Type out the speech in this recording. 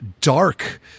dark